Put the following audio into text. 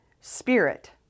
spirit